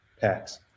packs